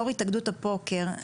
יו"ר התאגדות הפוקר.